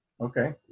Okay